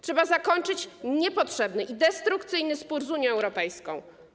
Trzeba zakończyć niepotrzebny i destrukcyjny spór z Unią Europejską.